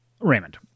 Raymond